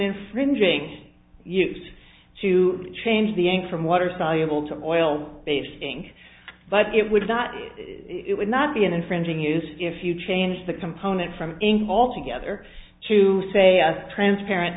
infringing use to change the ink from water soluble to hoyle based ink but it would not it would not be an infringing use if you change the component from ink altogether to say transparent